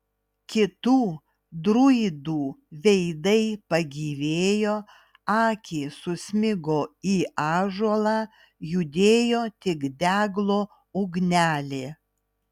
kitų druidų veidai pagyvėjo akys susmigo į ąžuolą judėjo tik deglo ugnelė